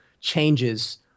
changes